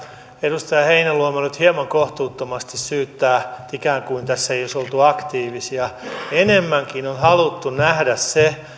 edustaja heinäluoma nyt hieman kohtuuttomasti syyttää ikään kuin tässä ei olisi oltu aktiivisia enemmänkin on haluttu nähdä se